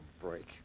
break